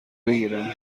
بگیرم